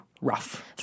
rough